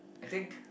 I think